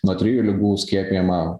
nuo trijų ligų skiepijama